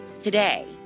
today